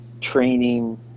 training